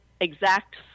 exact